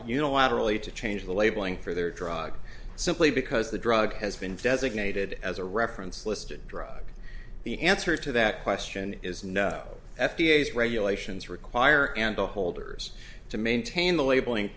unilaterally to change the labeling for their drug simply because the drug has been designated as a reference listed drug the answer to that question is no f d a has regulations require and the holders to maintain the labeling